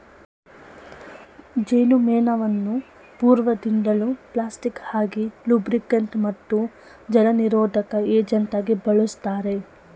ಜೇನುಮೇಣವನ್ನು ಪೂರ್ವದಿಂದಲೂ ಪ್ಲಾಸ್ಟಿಕ್ ಆಗಿ ಲೂಬ್ರಿಕಂಟ್ ಮತ್ತು ಜಲನಿರೋಧಕ ಏಜೆಂಟಾಗಿ ಬಳುಸ್ತಾರೆ